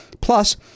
plus